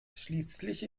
schließlich